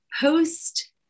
post